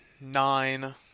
nine